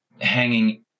hanging